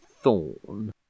thorn